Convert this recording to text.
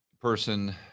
person